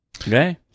Okay